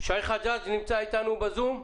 שי חג'ג' נמצא איתנו בזום?